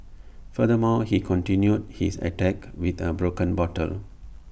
furthermore he continued his attack with A broken bottle